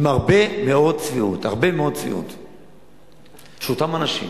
עם הרבה מאוד צביעות, שאם באמת אותם אנשים